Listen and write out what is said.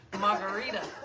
Margarita